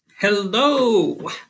Hello